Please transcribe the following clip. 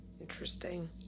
Interesting